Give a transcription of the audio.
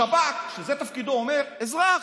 השב"כ, שזה תפקידו, אומר: אזרח.